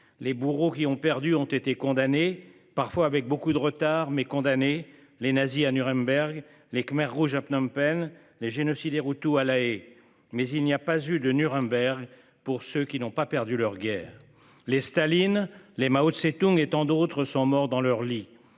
les bourreaux qui ont perdu ont été condamnés parfois avec beaucoup de retard mais condamné les nazis à Nuremberg. Les Khmers rouges à Phnom-Penh les génocidaires hutus à La Haye. Mais il n'y a pas eu de Nuremberg. Pour ceux qui n'ont pas perdu leur guerre les Staline les Mao Tsé-Toung et tant d'autres sont morts dans leur lit.